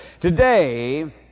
Today